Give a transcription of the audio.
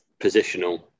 positional